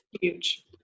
Huge